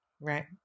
Right